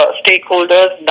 stakeholders